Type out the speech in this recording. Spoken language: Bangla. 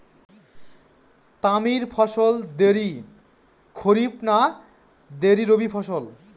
তামারি ফসল দেরী খরিফ না দেরী রবি ফসল?